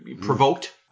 provoked